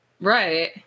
Right